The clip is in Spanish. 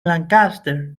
lancaster